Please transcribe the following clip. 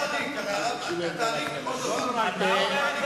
אתה היית העריק הראשון והאחרון,